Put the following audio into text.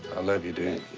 i love you, dude.